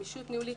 גמישות ניהולית,